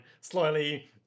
Slowly